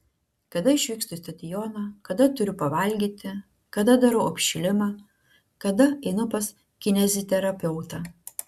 kada išvykstu į stadioną kada turiu pavalgyti kada darau apšilimą kada einu pas kineziterapeutą